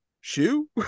shoe